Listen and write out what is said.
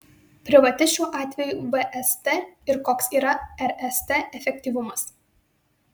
privati šiuo atveju vst ir koks yra rst efektyvumas